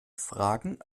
fragen